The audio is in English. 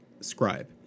scribe